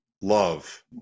Love